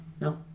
No